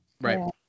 Right